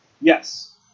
Yes